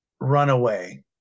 runaway